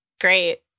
Great